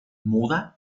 muda